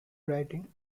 writing